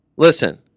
Listen